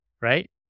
right